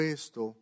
esto